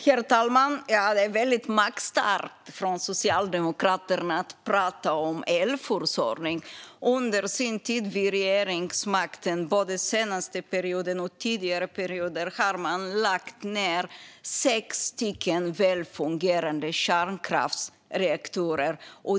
Herr talman! Det är väldigt magstarkt från Socialdemokraterna att tala om elförsörjning. Under sin tid vid regeringsmakten både senaste perioden och tidigare perioder har man lagt ned sex välfungerande kärnkraftsreaktorer.